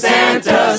Santa